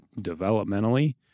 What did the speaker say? developmentally